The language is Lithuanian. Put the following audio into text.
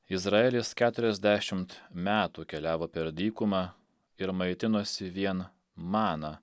izraelis keturiasdešimt metų keliavo per dykumą ir maitinosi vien mana